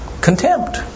contempt